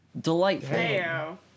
Delightful